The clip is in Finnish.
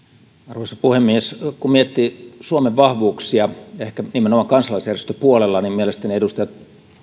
arvoisa puhemies kun miettii suomen vahvuuksia nimenomaan kansalaisjärjestöpuolella niin mielestäni edustajat